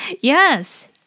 Yes